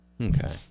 Okay